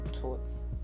torts